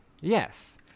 yes